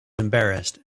embarrassed